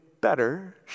better